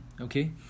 okay